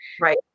Right